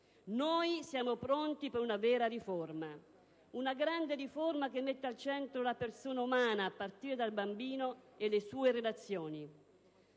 Noi siamo pronti per una vera riforma. Una grande riforma che metta al centro la persona umana, a partire dal bambino e le sue relazioni.